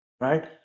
right